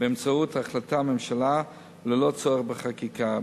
באמצעות החלטת ממשלה וללא צורך בחקיקה.